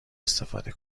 استفاده